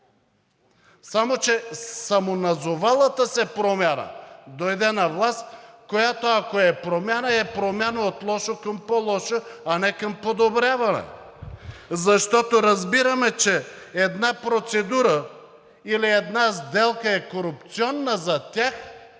Само че самоназовалата се „Промяна“ дойде на власт, която, ако е промяна, е промяна от лошо към по-лошо, а не към подобряване, защото разбираме, че една процедура или една сделка е корупционна за тях,